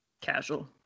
Casual